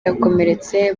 yakomeretse